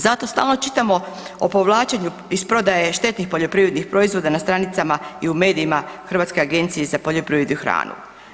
Zato stalno čitamo o povlačenju iz prodaje štetnih poljoprivrednih proizvoda na stranicama i u medijima Hrvatske agencije za poljoprivredu i hranu.